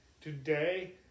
today